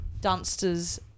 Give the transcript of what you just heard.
Dunster's